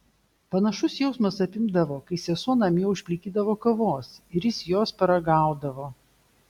panašus jausmas apimdavo kai sesuo namie užplikydavo kavos ir jis jos paragaudavo